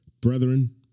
brethren